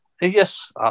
Yes